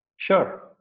Sure